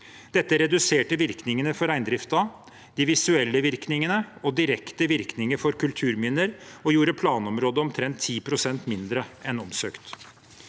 Dette reduserte virkningene for reindriften, de visuelle virkningene og direkte virkninger for kulturminner og gjorde planområdet omtrent 10 pst. mindre enn omsøkt.